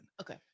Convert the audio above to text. okay